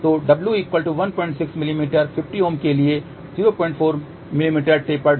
तो w 16 मिमी 50 Ω के लिए 04 मिमी टेपर्ड